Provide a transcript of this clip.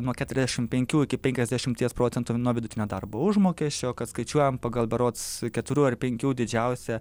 nuo keturiasdešim penkių iki penkiasdešimties procentų nuo vidutinio darbo užmokesčio kad skaičiuojam pagal berods keturių ar penkių didžiausią